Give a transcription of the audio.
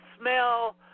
smell